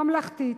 ממלכתית,